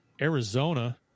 Arizona